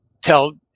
tell